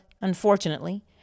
unfortunately